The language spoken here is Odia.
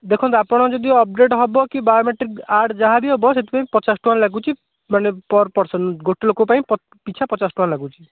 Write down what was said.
ଦେଖନ୍ତୁ ଆପଣ ଯଦି ଅପଡ଼େଟ୍ ହେବକି ବାୟୋମେଟ୍ରିକ୍ ଆଡ଼୍ ଯାହାବି ହେବ ସେଥିପାଇଁ ପଚାଶ ଟଙ୍କା ଲାଗୁଛି ମାନେ ପର୍ ପର୍ସନ୍ ଗୋଟେ ଲୋକପାଇଁ ପିଛା ପଚାଶ ଟଙ୍କା ଲାଗୁଛି